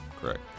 Correct